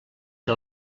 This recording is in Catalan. que